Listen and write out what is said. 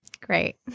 Great